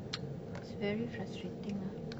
it's very frustrating lah